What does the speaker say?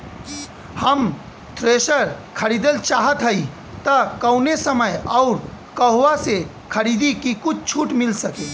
हम थ्रेसर खरीदल चाहत हइं त कवने समय अउर कहवा से खरीदी की कुछ छूट मिल सके?